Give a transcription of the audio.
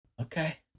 Okay